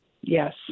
Yes